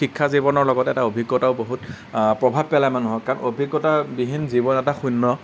শিক্ষা জীৱনৰ লগত এটা অভিজ্ঞতাও বহুত প্ৰভাৱ পেলাই মানুহক অভিজ্ঞতা বিহীন জীৱন এটা শূন্য